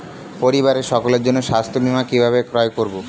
পরিবারের সকলের জন্য স্বাস্থ্য বীমা কিভাবে ক্রয় করব?